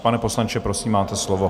Pane poslanče, prosím, máte slovo.